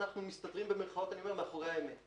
אנחנו מסתתרים מאחורי האמת.